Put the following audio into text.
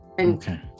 Okay